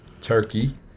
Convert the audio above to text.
Turkey